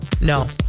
No